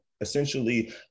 essentially